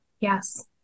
Yes